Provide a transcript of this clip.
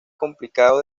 complicado